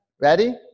Ready